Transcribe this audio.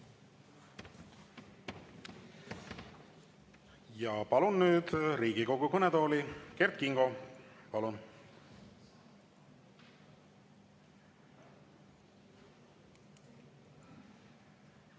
Palun nüüd Riigikogu kõnetooli Kert Kingo. Palun!